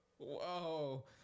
whoa